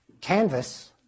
Canvas